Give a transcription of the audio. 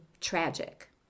tragic